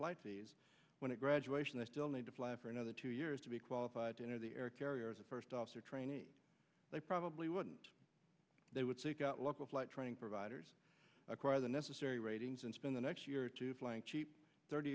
flight fees when a graduation i still need to fly for another two years to be qualified to enter the air carrier as a first officer trainee they probably wouldn't they would seek out local flight training providers acquire the necessary ratings and spend the next year or two flying cheap thirty